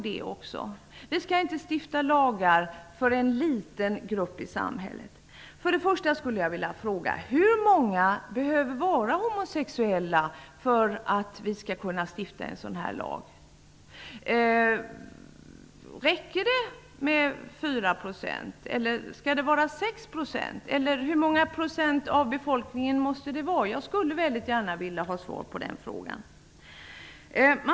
Man säger att vi inte skall stifta lagar för en liten grupp människor i samhället. Jag skulle då vilja fråga: Hur många homosexuella människor behövs det för att en sådan här lag skall kunna stiftas? Räcker det med 4 %, eller måste gruppen homosexuella utgöra 6 % av befolkningen? Jag skulle gärna vilja ha svar på frågan om hur många procent det måste vara.